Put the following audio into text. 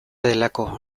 delako